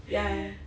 ya